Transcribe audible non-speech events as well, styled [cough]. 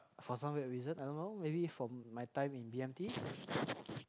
for some weird reason I don't know maybe from my time in b_m_t [noise]